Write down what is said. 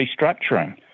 restructuring